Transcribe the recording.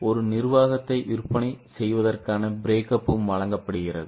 ஒரு நிர்வாகத்தை விற்பனை செய்வதற்கான பிரேக்கப்பும் வழங்கப்படுகிறது